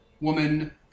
woman